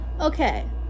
Okay